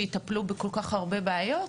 שצריכות לטפל בכל כך הרבה בעיות?